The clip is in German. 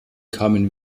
kamen